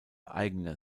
eigene